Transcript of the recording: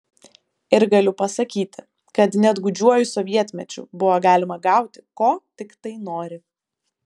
ir galiu pasakyti kad net gūdžiuoju sovietmečiu buvo galima gauti ko tiktai nori